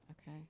Okay